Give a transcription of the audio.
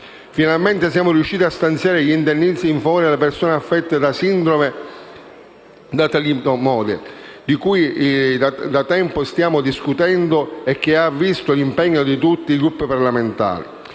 Finalmente siamo riusciti a stanziare gli indennizzi in favore delle persone affette da sindrome da talidomide, di cui da tempo stiamo discutendo e che ha visto l'impegno di tutti i Gruppi parlamentari.